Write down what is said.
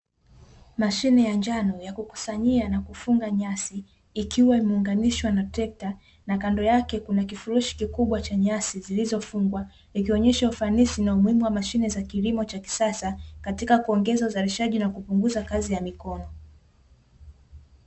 Mashine ya njano ya kukusanyia nakufunga nyasi ikiwa imeunganishwa na trekta na kando yake kuna kifurushi kikubwa cha nyasi zilizofungwa, ikionyesha ufanisi na umuhimu wa mashine za kilimo cha kisasa, katika kuongeza uzalishaji na kupunguza kazi ya mikono.